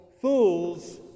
fools